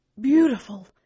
beautiful